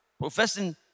professing